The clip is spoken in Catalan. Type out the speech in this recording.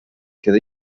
queda